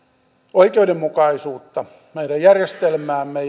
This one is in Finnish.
oikeudenmukaisuutta meidän järjestelmäämme